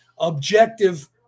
objective